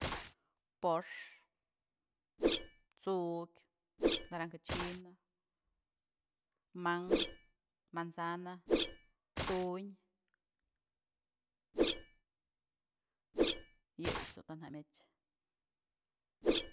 Po'ox, t'sukyë, naranja china, mankë, manzana, tuñyë yëyë du'u të jamyëch.